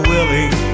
Willie